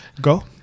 Go